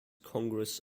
congress